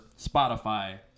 Spotify